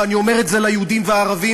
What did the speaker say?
ואני אומר את זה ליהודים והערבים,